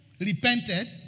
Repented